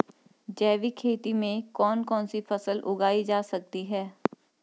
जैविक खेती में कौन कौन सी फसल उगाई जा सकती है?